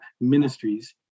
ministries